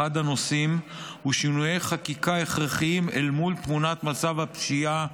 אחד הנושאים הוא שינויי חקיקה הכרחיים אל מול תמונת מצב הפשיעה,